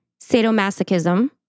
Sadomasochism